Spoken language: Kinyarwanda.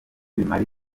bimara